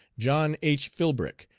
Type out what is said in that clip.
john h. philbrick,